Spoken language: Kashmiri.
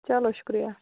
چلو شُکریہ